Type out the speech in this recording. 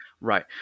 Right